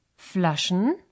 flaschen